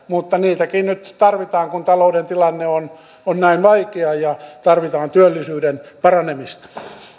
mutta niitäkin nyt tarvitaan kun talouden tilanne on on näin vaikea ja tarvitaan työllisyyden paranemista